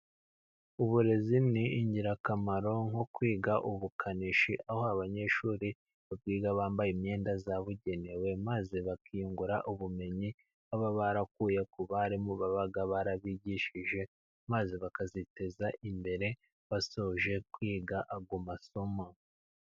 Uburezi ni ingirakamaro nko kwiga ubukanishi, aho abanyeshuri biga bambaye imyenda yabugenewe maze bakiyungura ubumenyi, baba barakuye ku barimu baba barabigishije maze bakaziteza imbere basoje kwiga ayo masomo.